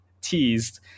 teased